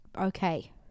okay